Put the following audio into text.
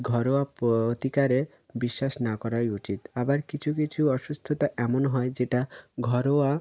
ঘরোয়া প্রতিকারে বিশ্বাস না করাই উচিত আবার কিছু কিছু অসুস্থতা এমন হয় যেটা ঘরোয়া